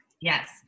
Yes